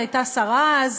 היא הייתה שרה אז,